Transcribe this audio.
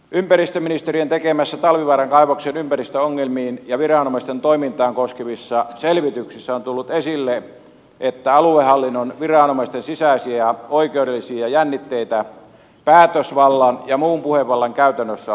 ympäristöministeriön tekemissä talvivaaran kaivoksen ympäristöongelmia ja viranomaisten toimintaa koskevissa selvityksissä on tullut esille että aluehallinnon viranomaisten sisäisiä oikeudellisia jännitteitä päätösvallan ja muun puhevallan käytännössä on ollut